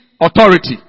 authority